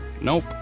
Nope